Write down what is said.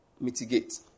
mitigate